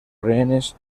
rehenes